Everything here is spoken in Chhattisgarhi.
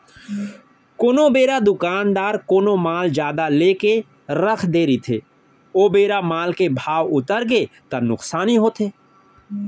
कोनो बेरा दुकानदार कोनो माल जादा लेके रख दे रहिथे ओ बेरा माल के भाव उतरगे ता नुकसानी होथे